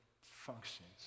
functions